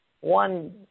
one